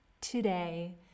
today